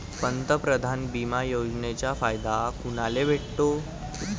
पंतप्रधान बिमा योजनेचा फायदा कुनाले भेटतो?